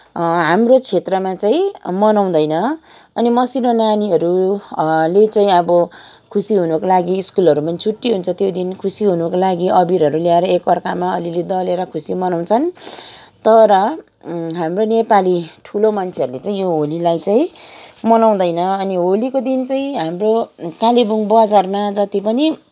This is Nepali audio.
हाम्रो क्षेत्रमा चाहिँ मनाउँदैन अनि मसिनो नानीहरूले चाहिँ अब खुसी हुनुको लागि स्कुलहरू पनि छुट्टी त्यो दिन खुसी हुनुको लागि अबिरहरू ल्याएर एक अर्कामा अलि अलि दलेर खुसी मनाउँछन् तर हाम्रो नेपाली ठुलो मानछेहरूले चाहिँ यो होलीलाई चाहिँ मनाउँदैन अनि होलीको दिन चाहिँ हाम्रो कालिम्पोङ बजारमा जति पनि